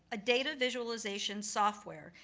a data visualization software,